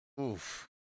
Oof